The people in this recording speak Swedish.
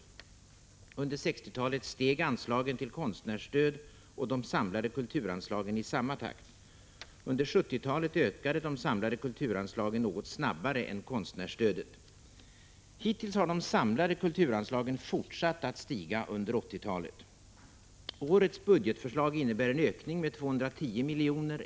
Under 1960-talet steg anslagen till konstnärsstöd och de samlade kulturanslagen i samma takt. Under 1970-talet ökade de samlade kulturanslagen något snabbare än konstnärsstödet. Hittills har de samlade kulturanslagen fortsatt att stiga under 1980-talet. Årets budgetförslag innebär en ökning med 210 milj.'kr.